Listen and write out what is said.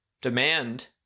Demand